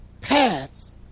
paths